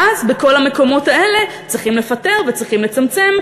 ואז כל המקומות האלה צריכים לפטר וצריכים לצמצם,